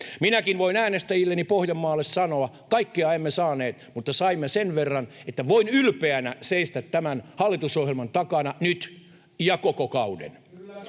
Minäkin voin äänestäjilleni Pohjanmaalla sanoa, että kaikkea emme saaneet mutta saimme sen verran, että voin ylpeänä seistä tämän hallitusohjelman takana nyt ja koko kauden.